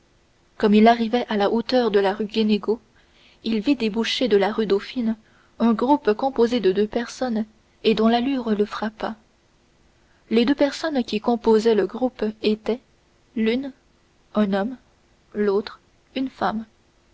comme il arrivait à la hauteur de la rue guénégaud il vit déboucher de la rue dauphine un groupe composé de deux personnes et dont l'allure le frappa les deux personnes qui composaient le groupe étaient l'un un homme l'autre une femme